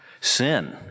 sin